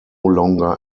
longer